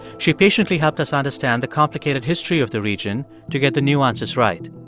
she patiently helped us understand the complicated history of the region to get the nuances right.